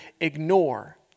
ignore